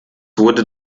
wurde